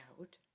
out